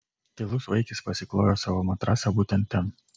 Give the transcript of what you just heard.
tylus vaikis pasiklojo savo matracą būtent ten